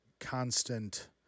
constant